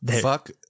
Fuck